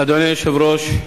אדוני היושב-ראש,